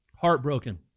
Heartbroken